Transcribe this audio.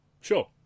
sure